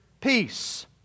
peace